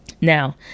Now